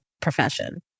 profession